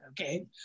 okay